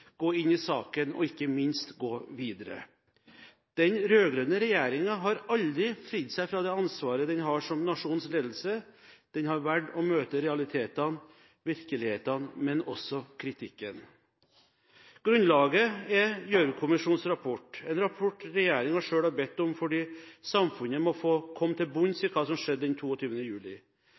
gå inn i saken og ikke minst gå videre. Den rød-grønne regjeringen har aldri fridd seg fra det ansvaret den har som nasjonens ledelse. Den har valgt å møte realitetene og virkeligheten, men også kritikken. Grunnlaget er Gjørv-kommisjonens rapport – en rapport regjeringen selv har bedt om fordi samfunnet må få komme til bunns i hva som skjedde den 22. juli.